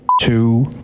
two